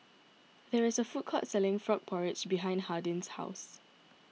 there is a food court selling Frog Porridge behind Hardin's house